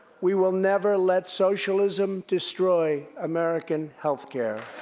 we will never let socialism destroy american healthcare.